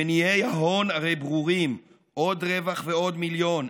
מניעי ההון הרי ברורים, עוד רווח ועוד מיליון,